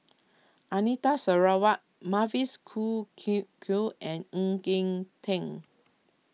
Anita Sarawak Mavis Khoo Q and Ng Eng Teng